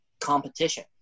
competition